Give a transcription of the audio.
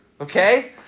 Okay